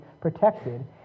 protected